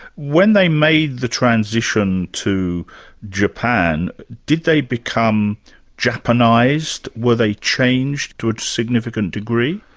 when they made the transition to japan, did they become japanised? were they changed to a significant degree?